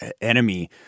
enemy